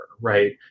right